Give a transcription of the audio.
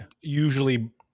usually